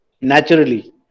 Naturally